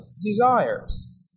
desires